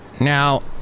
Now